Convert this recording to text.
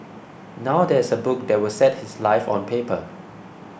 now there is a book that will set his life on paper